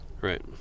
Right